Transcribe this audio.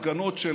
הפגנות,